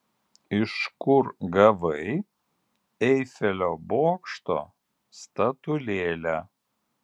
iš kur gavai eifelio bokšto statulėlę